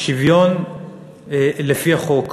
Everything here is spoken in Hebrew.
שוויון לפי החוק.